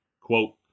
Quote